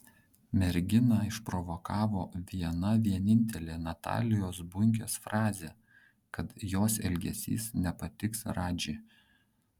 merginą išprovokavo viena vienintelė natalijos bunkės frazė kad jos elgesys nepatiks radži